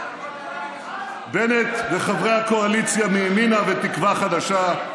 בנט וחברי הקואליציה מימינה ותקווה חדשה,